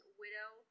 widow